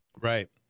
Right